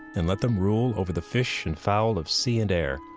and let them rule over the fish and fowl of sea and air,